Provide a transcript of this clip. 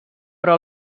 però